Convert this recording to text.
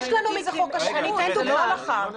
זה חוק השבות, זה לא הלכה.